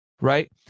right